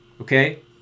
okay